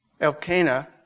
Elkanah